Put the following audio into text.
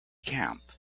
camp